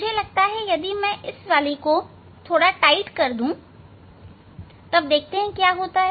मुझे लगता है यदि मैं इस वाली को टाइट कर दूं तब देखते हैं क्या होता है